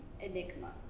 enigma